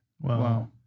Wow